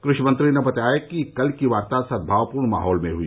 कृषि मंत्री ने बताया कि कल की वार्ता सद्भावपूर्ण माहौल में हुई